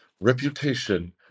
reputation